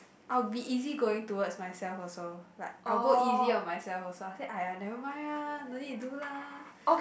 I'll be easy going towards myself also like I will go easy of myself also I say aiyar never mind lah no need to do lah